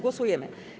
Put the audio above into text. Głosujemy.